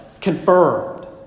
confirmed